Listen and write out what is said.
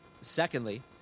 Secondly